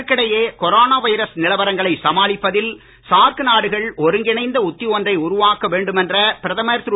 இதற்கிடையே corona virus நிலவரங்களை சமாளிப்பதில் சார்க் நாடுகள் ஒருங்கிணைந்த உத்தி ஒன்றை உருவாக்க வேண்டுமென்ற பிரதமர் திரு